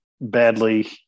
badly